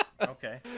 Okay